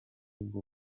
bwo